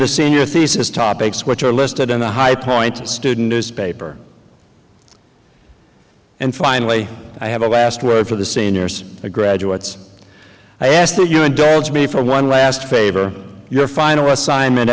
the senior thesis topics which are listed in the high points student newspaper and finally i have a last word for the seniors the graduates i asked to you indulge me for one last favor your final assignment